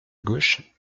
gauche